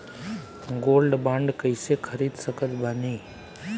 Gold bond कईसे खरीद सकत बानी?